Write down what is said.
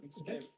Okay